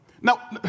Now